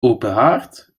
openhaard